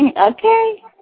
Okay